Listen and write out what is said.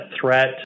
threat